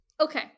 Okay